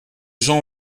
gens